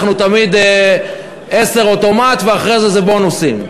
אנחנו תמיד עשרה אוטומט ואחרי זה בונוסים,